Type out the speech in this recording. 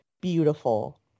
beautiful